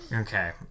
Okay